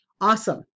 Awesome